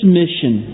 mission